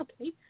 okay